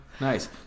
Nice